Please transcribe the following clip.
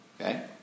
Okay